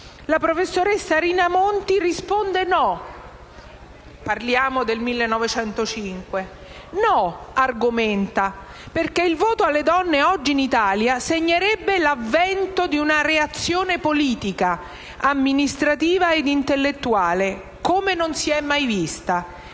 la professoressa Rina Monti rispose no (parliamo del 1905), argomentando: «perché il voto alle donne oggi in Italia segnerebbe l'avvento di una reazione politica, amministrativa e intellettuale, quale non si è mai vista».